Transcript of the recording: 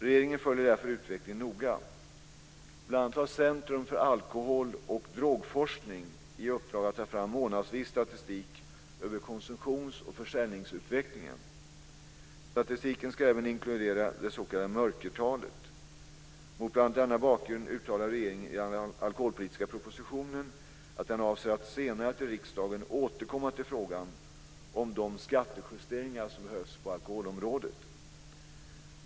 Regeringen följer därför utvecklingen noga. Bl.a. har Centrum för alkohol och drogforskning i uppdrag att ta fram månadsvis statistik över konsumtions och försäljningsutvecklingen. Statistiken ska även inkludera det s.k. mörkertalet. Mot bl.a. denna bakgrund uttalade regeringen i den alkoholpolitiska propositionen att den avser att senare till riksdagen återkomma till frågan om de skattejusteringar som behövs på alkoholområdet.